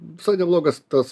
visai neblogas tas